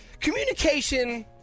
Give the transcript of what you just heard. communication